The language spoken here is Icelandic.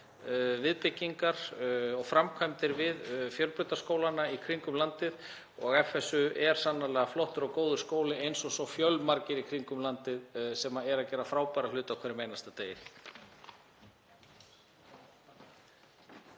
viðbyggingar og framkvæmdir við fjölbrautaskólana í kringum landið og FSu er sannarlega flottur og góður skóli, eins og svo fjölmargir í kringum landið sem eru að gera frábæra hluti á hverjum einasta degi.